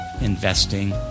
investing